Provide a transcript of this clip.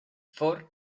ford